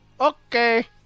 Okay